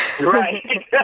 Right